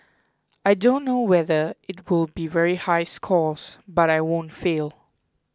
I don't know whether it'll be very high scores but I won't fail